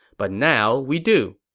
but now, we do.